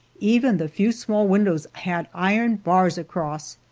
even the few small windows had iron bars across.